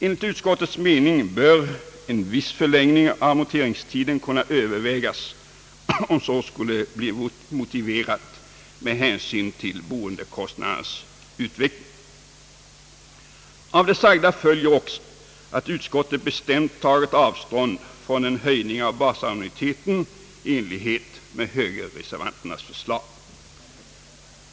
Enligt utskottets mening bör en viss förlängning av amorteringstiden kunna övervägas om så skulle bli motiverat med hänsyn till hboendekostnadernas utveckling. Av det sagda följer också, att utskottet bestämt tagit avstånd från en höjning av basannuiteten i enlighet med högerreservanternas förslag.